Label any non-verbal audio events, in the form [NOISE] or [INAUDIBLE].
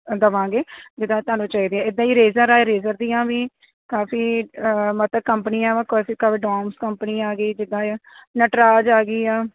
ਦਵਾਂਗੇ ਜਿੱਦਾਂ ਤੁਹਾਨੂੰ ਚਾਹੀਦੇ ਇੱਦਾਂ ਹੀ ਈਰੇਜ਼ਰ ਹੈ ਈਰੇਜ਼ਰ ਦੀਆਂ ਵੀ ਕਾਫ਼ੀ ਮਤਲਬ ਕੰਪਨੀਆਂ ਵਾ [UNINTELLIGIBLE] ਡੋਮਸ ਕੰਪਨੀ ਆ ਗਈ ਜਿੱਦਾਂ ਅ ਨਟਰਾਜ ਆ ਗਈ ਆ